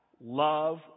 Love